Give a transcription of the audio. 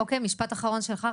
משפט אחרון שלך?